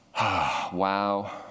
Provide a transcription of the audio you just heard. Wow